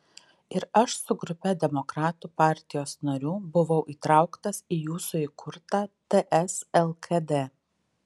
ir aš su grupe demokratų partijos narių buvau įtrauktas į jūsų įkurtą ts lkd